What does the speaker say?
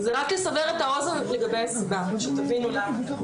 זה רק לסבר את האוזן לגבי הסיבה, שתבינו למה.